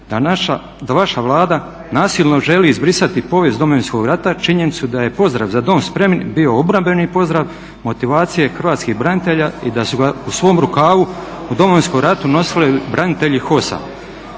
da vaša Vlada nasilno želi izbrisati povijest Domovinskog rata, činjenicu da je pozdrav "Za dom spremni" bio obrambeni pozdrav, motivacija hrvatskih branitelja i da su ga u svom rukavu u Domovinskom ratu nosile branitelji HOS-a,